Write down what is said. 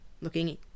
looking